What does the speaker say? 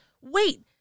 wait